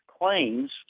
claims